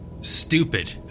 stupid